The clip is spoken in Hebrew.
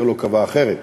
המאסדר לא קבע אחרת,